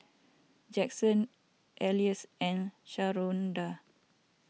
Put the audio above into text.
Jaxson Elise and Sharonda